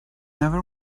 never